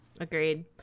Agreed